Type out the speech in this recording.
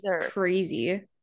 crazy